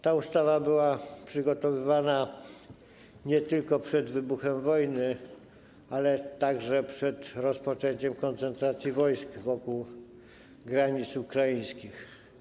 Ta ustawa była przygotowywana nie tylko przed wybuchem wojny, ale także przed rozpoczęciem koncentracji wojsk wokół granic ukraińskich.